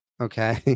Okay